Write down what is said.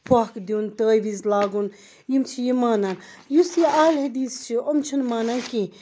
پھۄکھ دیُن تٲویٖز لاگُن یِم چھِ یہِ مانان یُس یہِ اہلِ حدیٖث چھُ یِم چھِنہٕ مانان کینٛہہ